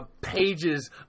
pages